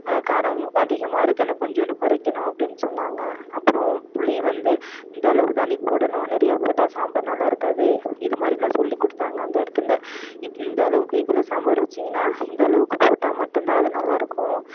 காரமும் அதிகமாக இருக்குது ஆனால் கொஞ்சோண்டு குறைக்கணும் அப்படினு சொன்னாங்க அப்புறோம் புளி வந்து இந்த அளவு தான் நீ போடணும் நிறையா போட்டால் சாம்பார் நல்லாயிருக்காது இது மாதிரி தான் சொல்லி கொடுத்தாங்க அந்த இடத்துல இப்போ இந்த அளவுக்கு இவ்வளோ சாம்பார் வெச்சிங்கனால் இந்த அளவுக்கு போட்டால் மட்டும் தான் அது நல்லாயிருக்கும்